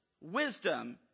wisdom